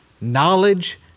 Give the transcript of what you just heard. knowledge